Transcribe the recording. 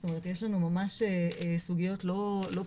זאת אומרת יש לנו ממש סוגיות לא פשוטות